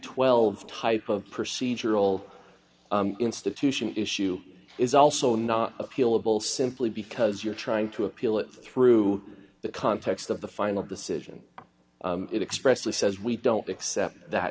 twelve type of procedural institution issue is also not appealable simply because you're trying to appeal it through the context of the final decision it expressly says we don't accept that